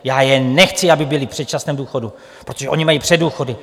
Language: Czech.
Já jen nechci, aby byli v předčasném důchodu, protože oni mají předdůchody.